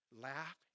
laugh